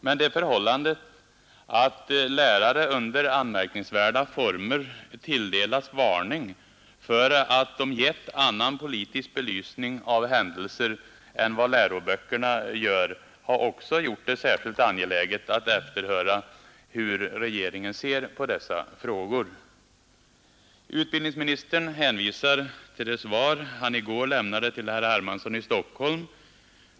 Men det förhållandet att lärare under anmärkningsvärda former tilldelats varning för att de gett annan politisk belysning av händelser än vad läroböckerna gör har också gjort det särskilt angeläget att efterhöra hur regeringen ser på dessa frågor. Utbildningsministern hänvisar till det svar han i går lämnade till herr Hermansson i Stockholm.